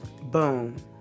Boom